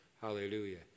Hallelujah